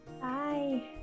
Bye